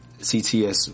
CTS